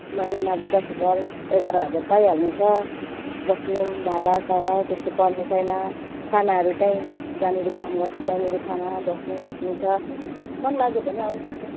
महिनामा अब दस हजार एघार हजार पाइहाल्नेछ बस्ने पनि भाडासाडा त्यस्तो पर्ने छैन खानाहरू त्यहीँ जहाँनिर काम गर्छ त्यहीँनिर खाना बस्नु सुत्नु छ मनलाग्यो भने आउनुसक्छ